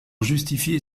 justifier